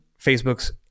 Facebook's